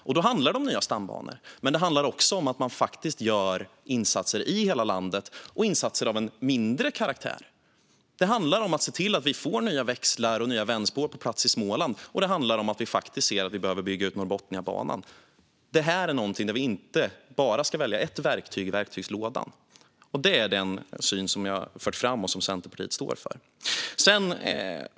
Det handlar om nya stambanor, men det handlar också om att göra insatser av mindre karaktär i hela landet. Det handlar om att se till att vi får nya växlar och nya vändspår på plats i Småland, och det handlar om att vi behöver bygga ut Norrbotniabanan. Vi ska inte bara välja ett verktyg i verktygslådan. Det är den syn som jag har fört fram och som Centerpartiet står för.